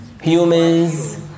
humans